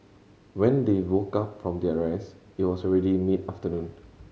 when they woke up from their rest it was already mid afternoon